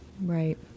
Right